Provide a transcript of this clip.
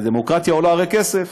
ודמוקרטיה עולה כסף.